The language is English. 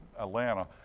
Atlanta